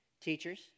teachers